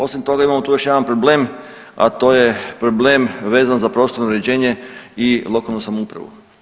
Osim toga imamo tu još jedan problem, a to je problem vezan za prostorno uređenje i lokalnu samoupravu.